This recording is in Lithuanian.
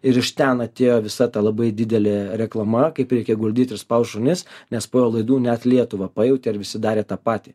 ir iš ten atėjo visa ta labai didelė reklama kaip reikia guldyt ir spaust šunis nes po jo laidų net lietuva pajautė ir visi darė tą patį